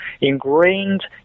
ingrained